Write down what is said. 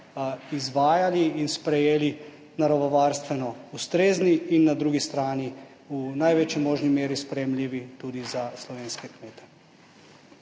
izvajali in sprejeli, naravovarstveno ustrezni in na drugi strani v največji možni meri sprejemljivi tudi za slovenske kmete.